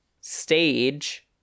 stage